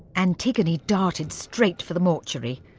antigone darted straight for the mortuary.